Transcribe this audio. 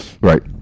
Right